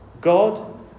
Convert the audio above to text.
God